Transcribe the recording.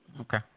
Okay